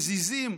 מזיזים.